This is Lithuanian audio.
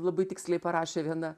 labai tiksliai parašė viena